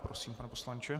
Prosím, pane poslanče.